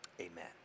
Amen